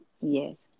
Yes